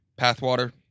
Pathwater